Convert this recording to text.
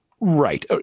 right